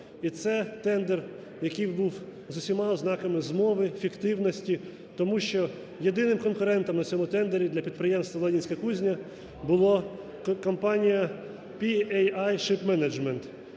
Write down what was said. і це тендер, який був з усіма ознаками змови, фіктивності. Тому що єдиним конкурентом на цьому тендері для підприємств "Ленінська кузня" було компанія "P.A.I. Shipmanagement",